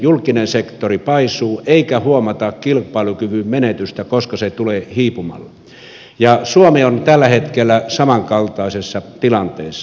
julkinen sektori paisuu eikä huomata kilpailukyvyn menetystä koska se tulee hiipumalla ja suomi on tällä hetkellä samankaltaisessa tilanteessa